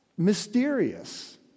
mysterious